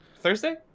Thursday